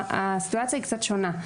הסיטואציה היא קצת שונה,